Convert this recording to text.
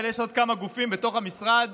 אבל יש עוד כמה גופים בתוך המשרד.